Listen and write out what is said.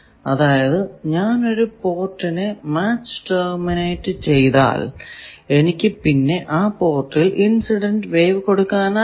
അതായത് ഞാൻ ഒരു പോർട്ടിനെ മാച്ച് ടെർമിനേറ്റ് ചെയ്താൽ എനിക്ക് പിന്നെ ആ പോർട്ടിൽ ഇൻസിഡന്റ് വേവ് കൊടുക്കാനാകില്ല